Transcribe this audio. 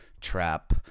trap